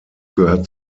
gehört